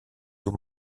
του